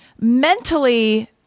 mentally